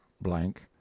blank